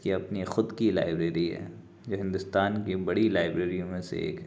اس کی اپنی خود کی لائبریری ہے یہ ہندوستان کی بڑی لائبریریوں میں سے ایک ہے